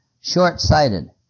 Short-sighted